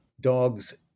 dogs